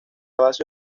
base